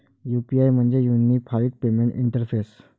UPI म्हणजे unified payment interface